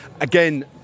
again